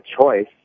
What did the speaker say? choice